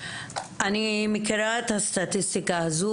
אני מכירה את הסטטיסטיקה הזו,